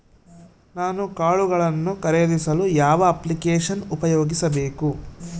ನಾನು ಕಾಳುಗಳನ್ನು ಖರೇದಿಸಲು ಯಾವ ಅಪ್ಲಿಕೇಶನ್ ಉಪಯೋಗಿಸಬೇಕು?